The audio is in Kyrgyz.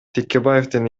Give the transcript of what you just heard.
текебаевдин